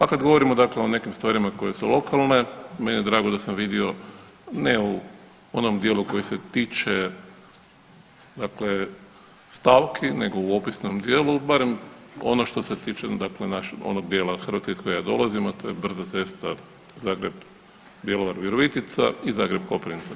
A kada govorimo dakle o nekim stvarima koje su lokalne meni je drago da sam vidio ne u onom dijelu koji se tiče dakle stavki, nego u opisnom dijelu barem ono što se tiče onog dijela Hrvatske iz kojeg ja dolazim a to je brza cesta Zagreb – Bjelovar – Virovitica i Zagreb – Koprivnica.